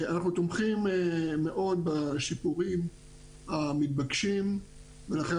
אנחנו תומכים מאוד בשיפורים המתבקשים ולכן